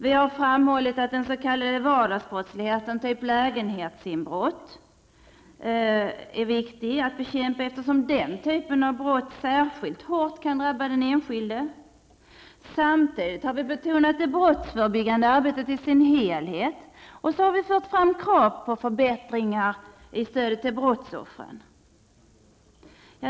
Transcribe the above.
Vi har framhållit att den s.k. vardagsbrottsligheten, som lägenhetsinbrott, är viktig att bekämpa, eftersom den typen av brott särskilt hårt kan drabba den enskilde. Samtidigt har vi betonat det brottsförebyggande arbetet i dess helhet och fört fram krav på förbättringar i stödet till brottsoffren.